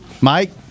Mike